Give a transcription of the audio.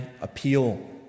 appeal